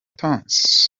tonzi